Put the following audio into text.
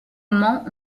moment